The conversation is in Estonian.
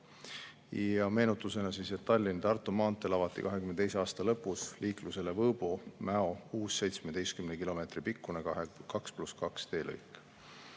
Meenutusena, et Tallinna–Tartu maanteel avati 2022. aasta lõpus liiklusele Võõbu–Mäo uus 17 kilomeetri pikkune 2 + 2 teelõik.